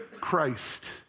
Christ